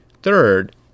Third